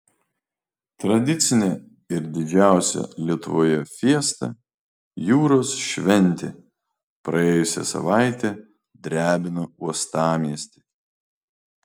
tradicinė ir didžiausia lietuvoje fiesta jūros šventė praėjusią savaitę drebino uostamiestį